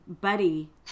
buddy